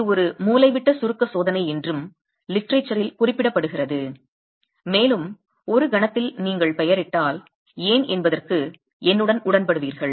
இது ஒரு மூலைவிட்ட சுருக்க சோதனை என்றும் லிட்டரேச்சர் ல் குறிப்பிடப்படுகிறது மேலும் ஒரு கணத்தில் நீங்கள் பெயரிடல் ஏன் என்பதற்கு என்னுடன் உடன்படுவீர்கள்